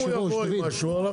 אם הוא יבוא עם משהו אנחנו נדון.